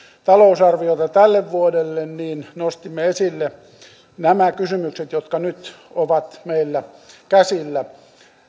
talousarviota tälle vuodelle nostimme esille nämä kysymykset jotka nyt ovat meillä käsillä